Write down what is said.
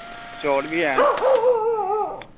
चौल बी हैन